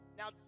now